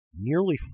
nearly